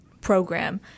program